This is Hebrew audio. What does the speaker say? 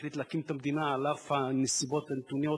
והחליט להקים את המדינה על אף הנסיבות הנתונות,